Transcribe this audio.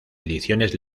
ediciones